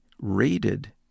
rated